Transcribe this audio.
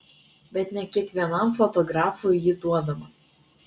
bet ne kiekvienam fotografui ji duodama